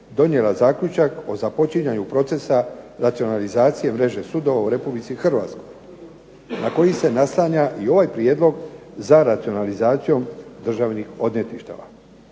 donijela zaključak o započinjanju procesa racionalizacije mreže sudova u Republici Hrvatskoj, a koji se naslanja i ovaj prijedlog za racionalizacijom državnih odvjetništava.